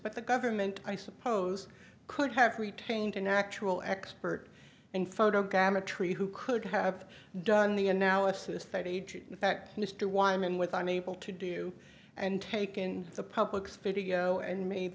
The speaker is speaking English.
but the government i suppose could have retained an actual expert in photo gamma tree who could have done the analysis thirty in fact mr wyman with i'm able to do and taken the public's video and made